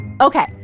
Okay